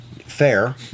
Fair